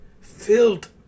filled